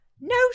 No